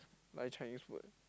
like Chinese food